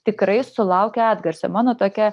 tikrai sulaukia atgarsio mano tokia